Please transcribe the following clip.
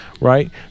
Right